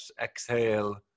exhale